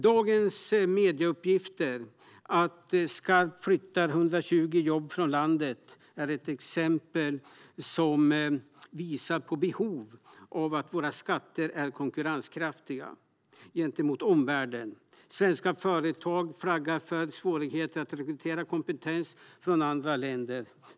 Dagens medieuppgifter om att Skype flyttar 120 jobb från landet är ett exempel som visar på behovet av att våra skatter är konkurrenskraftiga gentemot omvärlden. Svenska företag flaggar för svårigheter i att rekrytera kompetens från andra länder.